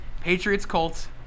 Patriots-Colts